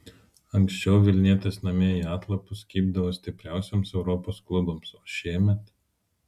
anksčiau vilnietės namie į atlapus kibdavo stipriausiems europos klubams o šiemet